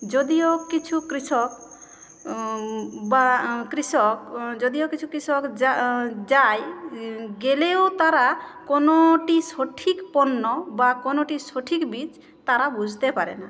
যদিও কিছু কৃষক বা কৃষক যদিও কিছু কৃষক যা যায় গেলেও তারা কোনটি সঠিক পণ্য বা কোনটি সঠিক বীজ তারা বুঝতে পারে না